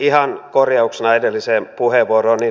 ihan korjauksena edelliseen puheenvuoroon